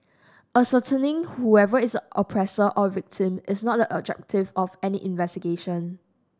ascertaining whoever is the oppressor or victim is not the objective of any investigation